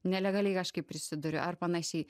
nelegaliai kažkaip prisiduriu ar panašiai